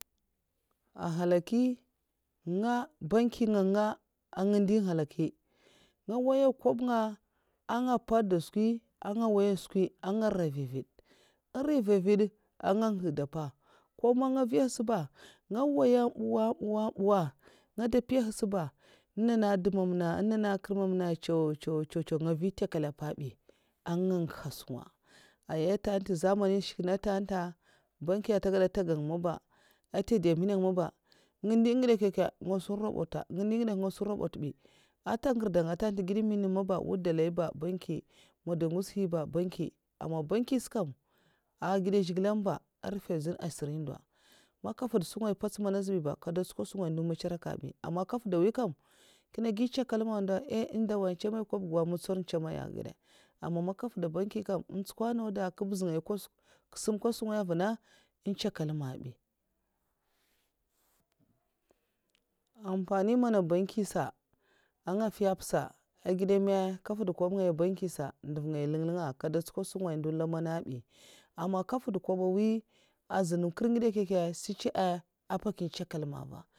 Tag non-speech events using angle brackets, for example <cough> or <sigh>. <hesitation> a nhala'nkè nga n'woy kwob nga bag ka ètèt gad ka nga chèka banki man èta bi nlin'nlin nga dè man nka ntèda'ba nkèt saba ko n' agi nkèt ntènga ngèzl gèzl a ndèv'man daman mnorori man nka ntiya sa nkè zlubwata'a nka ndizè dè nyèm nausa ngu ngwudzèn nyèm è gèd mka za dizè dausa nko ndo man sukwur ndè ndèv nènga ba èn gèd sèkwa bi èngidè kyèkyè ah guiya bi amam man nkè n'woy ngè ngèts lafiya nvu ngaya sa aga gèd'a baki'ngaya sa kam èg gèd zhigilè nkè ndèlè na <hesitation> sum zhigilè ba kib nga nkèts skwi kumba zhigilè n'woy ka èh gèd ka ama aman ntè kwob ngaya banki sa ndèv ngaya nlèn nlèn ngaa'a sungaya ndo nlaman azbay aaman nkè fud kwoɓa mwiy azun krè ngidè asa ncha a ntè fuka an'mamah